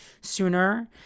sooner